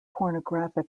pornographic